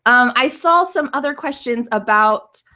i saw some other questions about